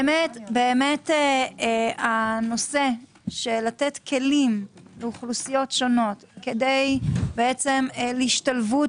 באמת הנושא של לתת כלים לאוכלוסיות שונות להשתלבות